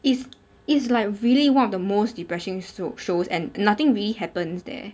is is like really one of the most depressing sho~ shows and nothing really happens there